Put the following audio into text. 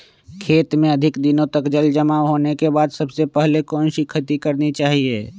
खेत में अधिक दिनों तक जल जमाओ होने के बाद सबसे पहली कौन सी खेती करनी चाहिए?